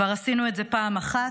כבר עשינו את זה פעם אחת,